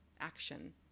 action